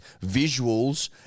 visuals